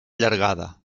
llargada